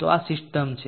તો આ સિસ્ટમ છે